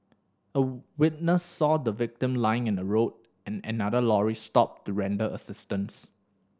a witness saw the victim lying in the road and another lorry stopped to render assistance